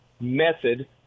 method